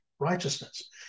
Righteousness